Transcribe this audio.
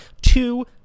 two